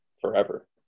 forever